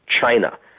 china